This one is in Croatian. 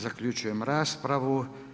Zaključujem raspravu.